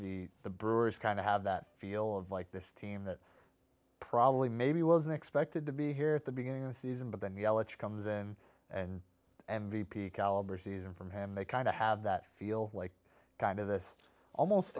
the the brewers kind of have that feel of like this team that probably maybe wasn't expected to be here at the beginning of the season but then he comes in and m v p caliber season from him they kind of have that feel like kind of this almost